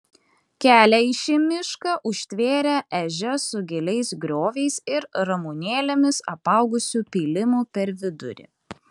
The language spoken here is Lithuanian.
kelią į šį mišką užtvėrė ežia su giliais grioviais ir ramunėlėmis apaugusiu pylimu per vidurį